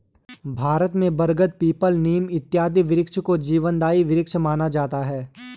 भारत में बरगद पीपल नीम इत्यादि वृक्षों को जीवनदायी वृक्ष माना जाता है